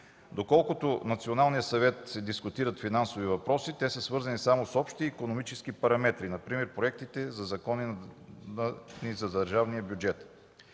Доколкото в Националния съвет се дискутират финансови въпроси, те са свързани само с общи икономически параметри, например проектите на закони за държавни бюджети.